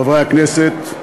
חברי הכנסת,